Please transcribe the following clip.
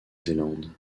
zélande